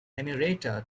henrietta